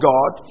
God